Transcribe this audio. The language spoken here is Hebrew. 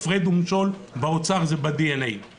הפרד ומשול זה ב-DNA של האוצר.